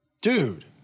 dude